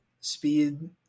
speed